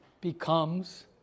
becomes